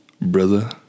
brother